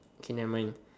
okay nevermind